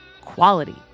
quality